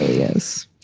yes.